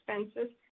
expenses